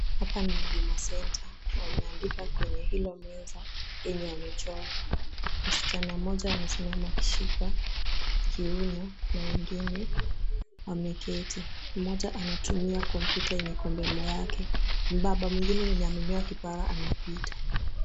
Hapa ni huduma centre na wameandika kwenye hilo meza yenye wamechora. Msichana mmoja amesimama akishika kiuno na mwingine ameketi. Mmoja natumia kompyuta yenye iko mbele yake. Mbaba mwingine mwenye amenyoa kipara anapita.